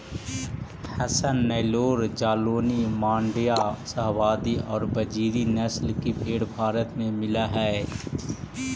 हसन, नैल्लोर, जालौनी, माण्ड्या, शाहवादी और बजीरी नस्ल की भेंड़ भारत में मिलअ हई